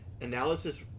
analysis